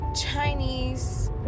Chinese